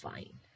Fine